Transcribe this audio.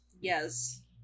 yes